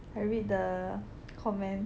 I read the comments